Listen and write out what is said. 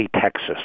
Texas